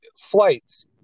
flights